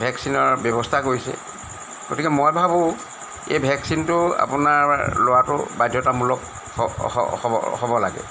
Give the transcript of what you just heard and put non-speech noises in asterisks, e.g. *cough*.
ভেকচিনৰ ব্যৱস্থা কৰিছে গতিকে মই ভাবোঁ এই ভেকচিনটো আপোনাৰ *unintelligible* লোৱাটো বাধ্যতামূলক হ'ব হ'ব লাগে